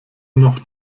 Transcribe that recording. noch